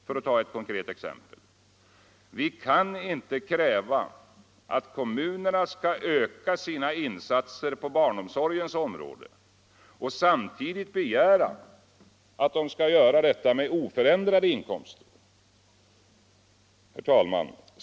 För att ta ett konkret exempel: Vi kan inte kräva att kommunerna skall öka sina insatser på barnomsorgens område och samtidigt begära att de skall göra detta med oförändrade inkomster. Herr talman!